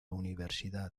universidad